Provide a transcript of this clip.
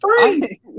Three